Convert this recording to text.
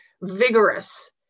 vigorous